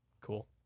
cool